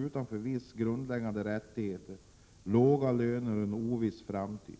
1987/88:99 gande rättigheter, ges låga löner och har en oviss framtid.